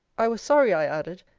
i was sorry, i added,